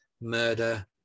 murder